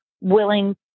willing